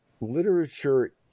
literature